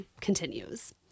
continues